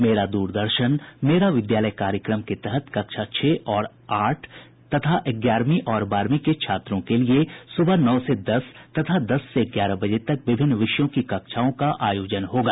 मेरा दूरदर्शन मेरा विद्यालय कार्यक्रम के तहत कक्षा छह से आठ और ग्यारहवीं तथा बारहवीं के छात्रों के लिये सुबह नौ से दस तथा दस से ग्यारह बजे तक विभिन्न विषयों की कक्षाओं का आयोजन किया जायेगा